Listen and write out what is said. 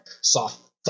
soft